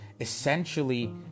essentially